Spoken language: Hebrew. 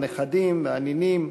הנכדים והנינים,